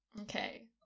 Okay